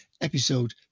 episode